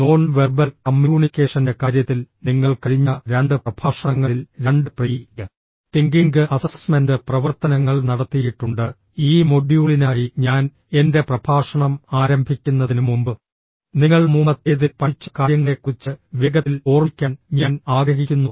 non verbal കമ്മ്യൂണിക്കേഷന്റെ കാര്യത്തിൽ നിങ്ങൾ കഴിഞ്ഞ രണ്ട് പ്രഭാഷണങ്ങളിൽ രണ്ട് പ്രീ തിങ്കിംഗ് അസസ്മെന്റ് പ്രവർത്തനങ്ങൾ നടത്തിയിട്ടുണ്ട് ഈ മൊഡ്യൂളിനായി ഞാൻ എന്റെ പ്രഭാഷണം ആരംഭിക്കുന്നതിന് മുമ്പ് നിങ്ങൾ മുമ്പത്തേതിൽ പഠിച്ച കാര്യങ്ങളെക്കുറിച്ച് വേഗത്തിൽ ഓർമ്മിക്കാൻ ഞാൻ ആഗ്രഹിക്കുന്നു